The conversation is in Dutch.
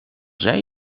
zei